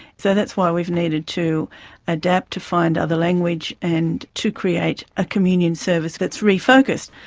so that's why we've needed to adapt to find other language and to create a communion service that's refocused.